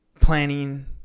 planning